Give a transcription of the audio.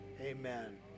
amen